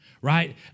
Right